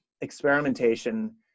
experimentation